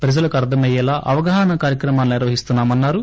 ప్రజలకు అర్దమయ్యేలా అవగాహనా కార్యక్రమాలు నిర్వహిస్తున్సా మన్సారు